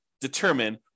determine